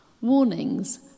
Warnings